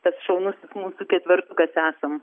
tas šaunusis mūsų ketvertukas esam